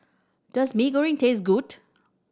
does Mee Goreng taste good